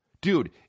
Dude